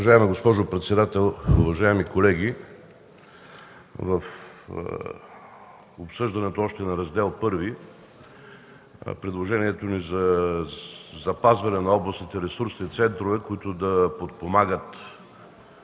Уважаема госпожо председател, уважаеми колеги! В обсъждането още на Раздел І предложението ни за запазване на областните ресурсни центрове, които да подпомагат